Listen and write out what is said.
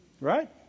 Right